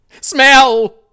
Smell